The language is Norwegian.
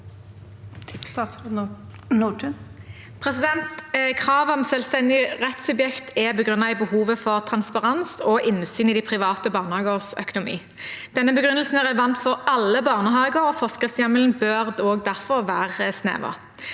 Kravet om selvstendig rettssubjekt er begrunnet i behovet for transparens og innsyn i de private barnehagenes økonomi. Denne begrunnelsen er relevant for alle barnehager, og forskriftshjemmelen bør derfor være snever.